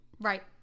right